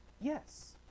Yes